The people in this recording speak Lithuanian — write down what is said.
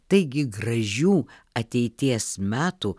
taigi gražių ateities metų